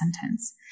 sentence